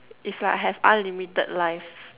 if like I have unlimited life